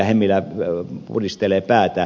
hemmilä pudistelee päätä